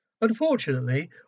Unfortunately